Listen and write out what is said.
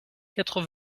quatre